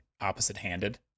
opposite-handed